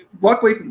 luckily